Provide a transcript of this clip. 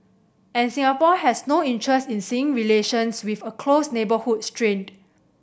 and Singapore has no interest in seeing relations with a close neighbour strained